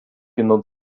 genutzt